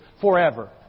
forever